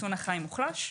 החיסון החי מוחלש.